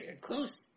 close